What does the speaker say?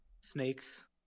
Snakes